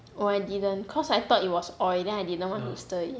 oh I didn't cause I thought it was oil then I didn't want to stir it